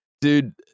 Dude